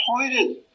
pointed